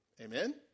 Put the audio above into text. Amen